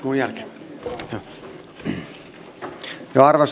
arvoisa rouva puhemies